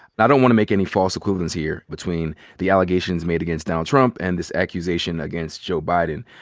and i don't want to make any false equivalents here between the allegations made against donald trump and this accusation against joe biden.